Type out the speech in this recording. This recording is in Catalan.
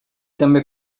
també